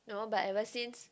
you know but ever since